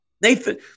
Nathan